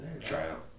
Tryout